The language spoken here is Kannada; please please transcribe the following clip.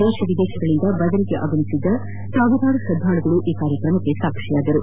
ದೇಶ ವಿದೇಶಗಳಿಂದ ಬದರೀಗೆ ಆಗಮಿಸಿದ್ದ ಸಾವಿರಾರು ಶ್ರದ್ದಾಳುಗಳು ಈ ಕಾರ್ಯಕ್ರಮಕ್ಕೆ ಸಾಕ್ಷಿಯಾದರು